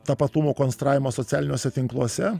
tapatumo konstravimo socialiniuose tinkluose